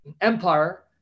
Empire